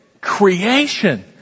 creation